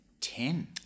Ten